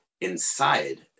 inside